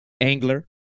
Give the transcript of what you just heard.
angler